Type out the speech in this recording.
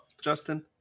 Justin